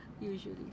usually